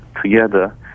Together